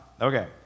Okay